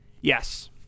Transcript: Yes